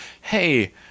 hey